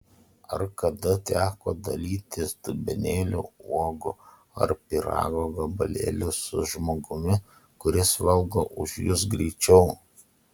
ar kada teko dalytis dubenėliu uogų ar pyrago gabalėliu su žmogumi kuris valgo už jus greičiau